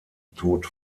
tod